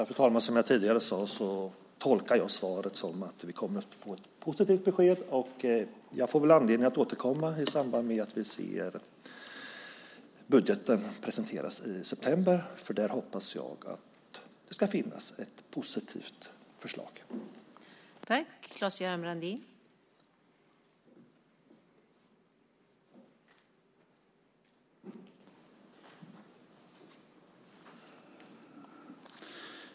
Fru talman! Som jag tidigare sade tolkar jag svaret som att vi kommer att få ett positivt besked. Jag får väl anledning att återkomma i samband med att budgeten presenteras i september, för där hoppas jag att det ska finnas ett positivt förslag.